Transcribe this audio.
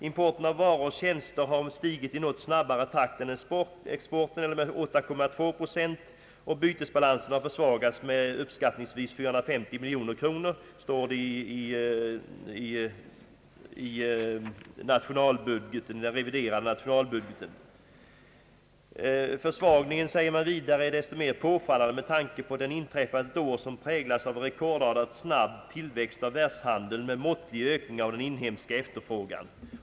Importen av varor och tjänster har stigit i något snabbare takt än exporten — med 8,2 procent — och bytesbalansen har försvagats med uppskattningsvis 450 miljoner kronor, sägs det i den reviderade nationalbudgeten. Försvagningen, säger man vidare, är desto mera påfallande med tanke på att den inträffade under ett år som präglades av en rekordartat snabb tillväxt av världshandeln med måttlig ökning av den inhemska efterfrågan.